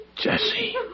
Jesse